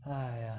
!aiya!